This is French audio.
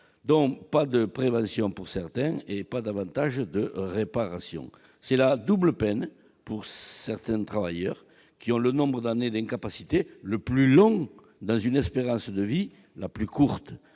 Donc, pas de prévention et pas davantage de réparation : c'est la double peine pour certains travailleurs qui ont le nombre d'années d'incapacité le plus élevé et l'espérance de vie la plus courte.